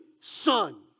Son